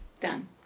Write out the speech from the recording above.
done